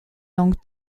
langue